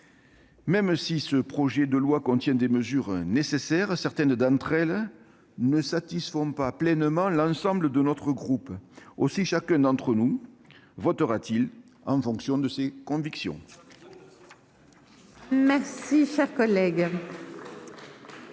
Quoique ce projet de loi contienne des mesures nécessaires, certaines de ses dispositions ne satisfont pas pleinement l'ensemble de notre groupe. Aussi chacun d'entre nous votera-t-il en fonction de ses convictions. C'est beau